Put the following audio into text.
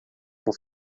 por